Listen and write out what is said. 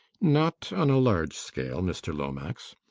not on a large scale, mr lomax.